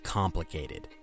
complicated